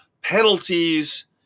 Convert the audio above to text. penalties